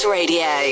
Radio